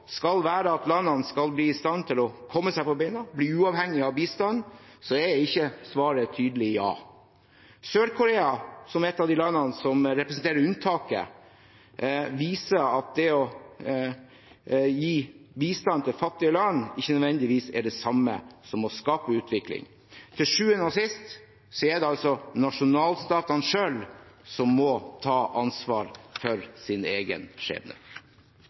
skal være at landene skal bli i stand til å komme seg på bena, bli uavhengig av bistand, så er ikke svaret et tydelig ja. Sør-Korea, som er et av de landene som representerer unntaket, viser at det å gi bistand til fattige land ikke nødvendigvis er det samme som å skape utvikling. Til syvende og sist er det altså nasjonalstatene selv som må ta ansvar for sin egen skjebne.